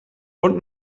und